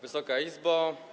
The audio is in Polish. Wysoka Izbo!